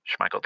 Schmeichel